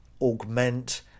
augment